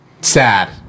Sad